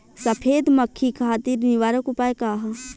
सफेद मक्खी खातिर निवारक उपाय का ह?